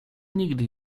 nigdy